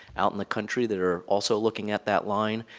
out in the country that are also looking at that line.